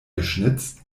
geschnitzt